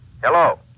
Hello